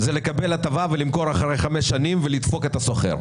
לקבל הטבה ולמכור אחרי חמש שנים ולדפוק את השוכר.